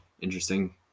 interesting